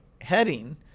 heading